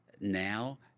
now